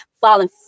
falling